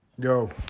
Yo